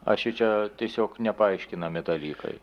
šičia tiesiog nepaaiškinami dalykai